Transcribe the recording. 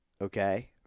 okay –